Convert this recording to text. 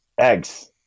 Eggs